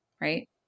right